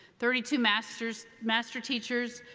thirty two master so master teachers,